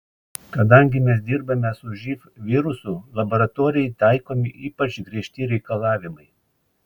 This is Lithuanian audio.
kadangi mes dirbame su živ virusu laboratorijai taikomi ypač griežti reikalavimai